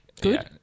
good